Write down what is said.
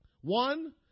One